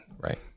Right